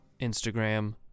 Instagram